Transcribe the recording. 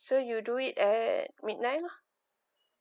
so you do it at midnight lah